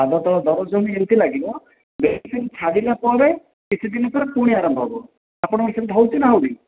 ପାଦ ତ ଦରଜ ହିଁ ଏମିତି ଲାଗିବ ମେଡ଼ିସିନ ଛାଡ଼ିଲା ପରେ କିଛି ଦିନ ପରେ ପୁଣି ଆରମ୍ଭ ହେବ ଆପଣଙ୍କ ସେମିତି ହେଉଛି ନା ହେଉନି